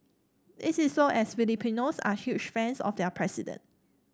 this is so as Filipinos are huge fans of their president